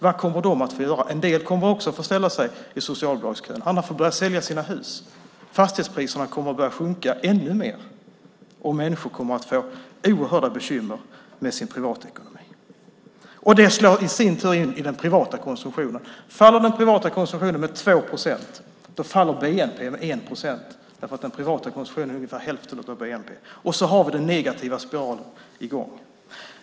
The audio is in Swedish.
Vad kommer de att få göra? En del kommer också att få ställa sig i socialbidragskön. Andra får sälja sina hus. Fastighetspriserna kommer att sjunka ännu mer, och människor får oerhörda bekymmer med sin privatekonomi. Det slår på den privata konsumtionen. Faller den privata konsumtionen med 2 procent faller bnp med 1 procent; den privata konsumtionen är ungefär hälften av bnp. Då har vi den negativa spiralen i gång.